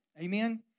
Amen